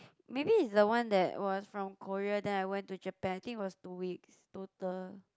maybe it's the one that was from Korea then I went to Japan I think it was two weeks total